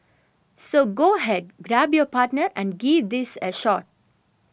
so go ahead grab your partner and give these a shot